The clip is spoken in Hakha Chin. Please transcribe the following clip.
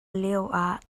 lioah